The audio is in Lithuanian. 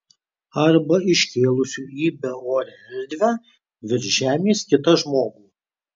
arba iškėlusių į beorę erdvę virš žemės kitą žmogų